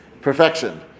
Perfection